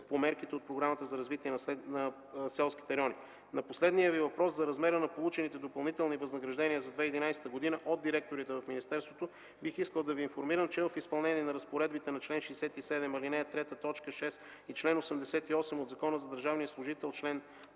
по мерките по Програмата за развитие на селските райони. На последния Ви въпрос за размера на получените допълнителни възнаграждения за 2011 г. от директорите в министерството бих искал да Ви информирам, че в изпълнение на разпоредбите на чл. 67, ал. 3, т. 6 и чл. 88 от Закона за държавния служител, чл.